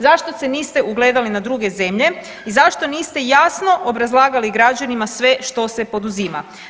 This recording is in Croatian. Zašto se niste ugledali na druge zemlje i zašto niste jasno obrazlagali građanima sve što se poduzima?